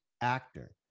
actor